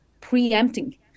preempting